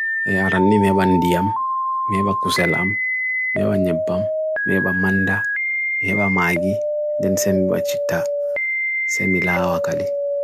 Ayarani mebandiyam, meba kusalam, meba nyibam, meba manda, meba maagi, jensemi bachita, semila awakali.